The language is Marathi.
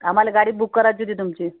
आम्हाले गाडी बुक करायची होती तुमची